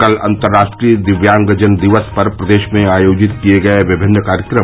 कल अतर्राष्ट्रीय दिव्यांगजन दिवस पर प्रदेश में आयोजित किये गये विभिन्न कार्यक्रम